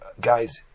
Guys